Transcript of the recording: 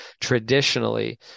Traditionally